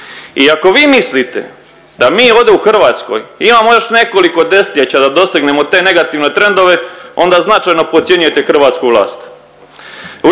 I ako vi mislite da mi ovdje u Hrvatskoj imamo još nekoliko desetljeća da dosegnemo te negativne trendove onda značajno podcjenjujete hrvatsku vlast.